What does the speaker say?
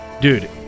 dude